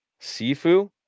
Sifu